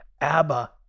Abba